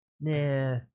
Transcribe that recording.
Nah